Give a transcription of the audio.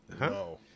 No